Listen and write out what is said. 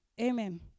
Amen